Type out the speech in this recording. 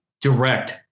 direct